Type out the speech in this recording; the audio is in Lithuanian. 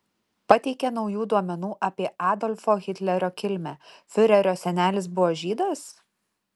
pateikė naujų duomenų apie adolfo hitlerio kilmę fiurerio senelis buvo žydas